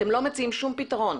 אתם לא מציעים שום פתרון.